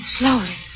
slowly